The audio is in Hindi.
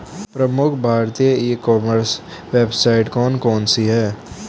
प्रमुख भारतीय ई कॉमर्स वेबसाइट कौन कौन सी हैं?